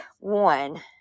One